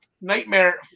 Nightmare